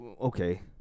Okay